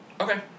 Okay